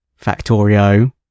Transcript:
...Factorio